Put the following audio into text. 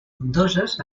abundoses